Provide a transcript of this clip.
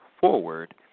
forward